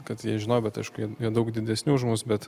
kad jie žinojo bet aišku jie jie daug didesni už mus bet